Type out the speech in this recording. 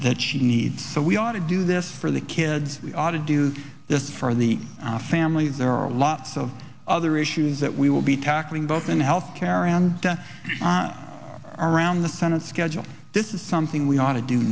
that she needs so we ought to do this for the kids we ought to do this for the families there are lots of other issues that we will be tackling both in health care and around the senate schedule this is something we ought to do